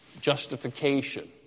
justification